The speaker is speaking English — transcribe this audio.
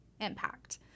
impact